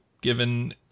given